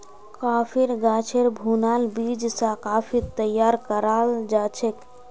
कॉफ़ीर गाछेर भुनाल बीज स कॉफ़ी तैयार कराल जाछेक